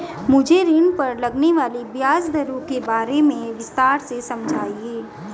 मुझे ऋण पर लगने वाली ब्याज दरों के बारे में विस्तार से समझाएं